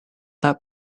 that